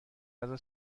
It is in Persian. غذا